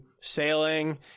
sailing